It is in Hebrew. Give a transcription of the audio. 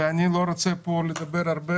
אני לא רוצה לדבר הרבה,